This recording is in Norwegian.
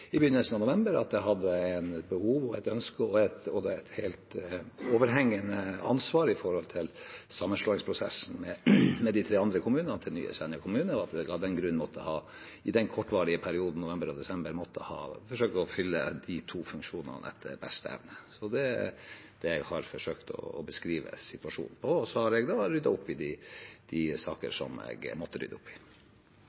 i begynnelsen av november – at jeg hadde et helt overhengende ansvar i sammenslåingsprosessen med de tre andre kommunene til nye Senja kommune, og at jeg av den grunn, i den kortvarige perioden, november og desember, måtte forsøke å fylle de to funksjonene etter beste evne. Det er slik jeg har forsøkt å beskrive situasjonen. Så har jeg ryddet opp i de saker